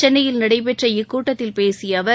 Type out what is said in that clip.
சென்னையில் நடைபெற்ற இக்கூட்டத்தில் பேசிய அவர்